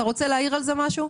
אתה רוצה להעיר על זה משהו?